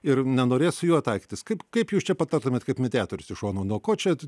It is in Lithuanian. ir nenorės su juo taikytis kaip kaip jūs čia patartumėt kaip mediatorius iš šono nuo ko čia